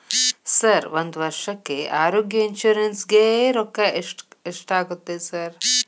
Sir ಒಂದು ವರ್ಷಕ್ಕೆ ಆರೋಗ್ಯ ಇನ್ಶೂರೆನ್ಸ್ ಗೇ ರೊಕ್ಕಾ ಎಷ್ಟಾಗುತ್ತೆ ಸರ್?